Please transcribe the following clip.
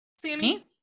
Sammy